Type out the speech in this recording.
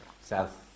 South